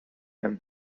him